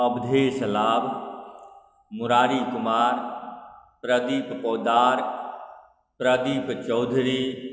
Awadhesh Lal Murari Kumar Pradeep Poddar Pradeep Chaudhary